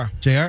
JR